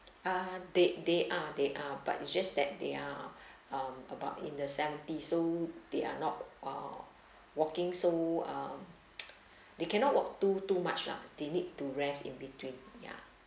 uh they they are they are but it's just that they are um about in the seventy so they are not uh walking so uh they cannot walk too too much lah they need to rest in between ya